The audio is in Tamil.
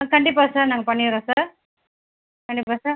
கண்டிப்பாக சார் நாங்கள் பண்ணிடுரோம் சார் கண்டிப்பாக சார்